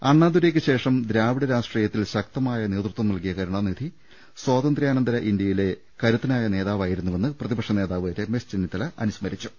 അണ്ണാദുരൈയ്ക്ക് ശേഷം ദ്രാവിഡ രാഷ്ട്രീയത്തിൽ ശക്തമായ നേതൃത്വം നൽകിയ കരുണാനിധി സ്വാതന്ത്ര്യാനന്തര ഇന്ത്യയിലെ കരുത്തനായ നേതാ വായിരുന്നുവെന്ന് പ്രതിപക്ഷനേതാവ് രമേശ് ചെന്നിത്തല അനുസ്മരിച്ചു